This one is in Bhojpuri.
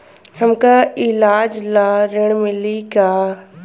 हमका ईलाज ला ऋण मिली का?